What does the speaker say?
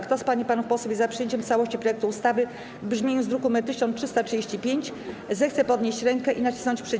Kto z pań i panów posłów jest za przyjęciem w całości projektu ustawy w brzmieniu z druku nr 1335, zechce podnieść rękę i nacisnąć przycisk.